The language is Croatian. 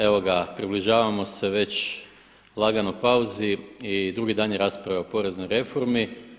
Evo ga približavamo se već lagano pauzi i drugi dan je rasprave o poreznoj reformi.